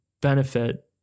benefit